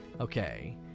okay